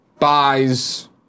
Buys